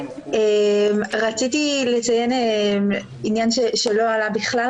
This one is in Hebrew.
רציתי לציין עניין שלא עלה כלל,